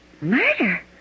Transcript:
murder